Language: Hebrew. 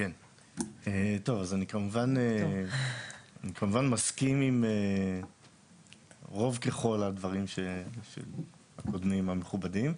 אני כמובן מסכים עם רוב ככל הדברים של הקודמים המכובדים,